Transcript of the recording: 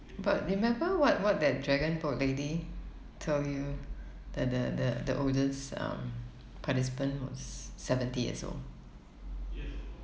but remember what what that dragon boat lady told you the the the the oldest um participant was seventy years old